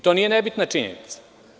To nije nebitna činjenica.